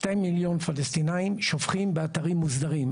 2 מיליון פלסטינים שופכים באתרים מוסדרים.